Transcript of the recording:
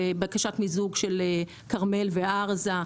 בקשת מיזוג של כרמל וארזה,